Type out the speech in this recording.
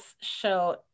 show